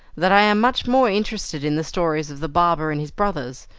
that i am much more interested in the stories of the barber and his brothers,